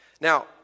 Now